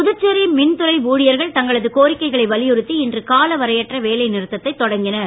புதுச்சேரி மின்துறை ஊழியர்கள் தங்களது கோரிக்கைகளை வலியுறுத்தி இன்று கால வரையற்ற வேலை நிறுத்தத்தை தொடங்கினர்